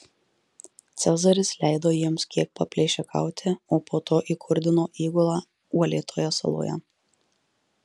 cezaris leido jiems kiek paplėšikauti o po to įkurdino įgulą uolėtoje saloje